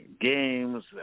games